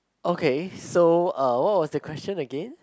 okay so uh what was the question again